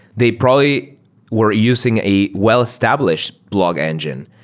they probably were using a well-established blog engine.